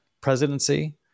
presidency